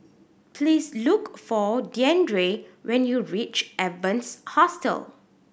please look for Deandre when you reach Evans Hostel